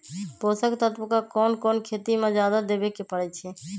पोषक तत्व क कौन कौन खेती म जादा देवे क परईछी?